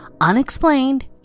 unexplained